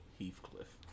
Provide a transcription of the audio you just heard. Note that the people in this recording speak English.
Heathcliff